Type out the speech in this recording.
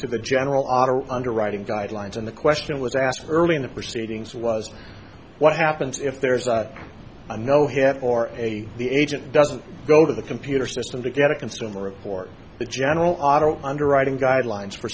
to the general are underwriting guidelines and the question was asked early in the proceedings was what happens if there is a no here or a the agent doesn't go to the computer system to get a consumer report the general auto underwriting guidelines for